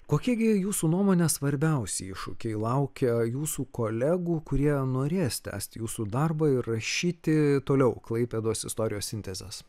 kokie gi jūsų nuomone svarbiausi iššūkiai laukia jūsų kolegų kurie norės tęsti jūsų darbą ir rašyti toliau klaipėdos istorijos sintezes